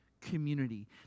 community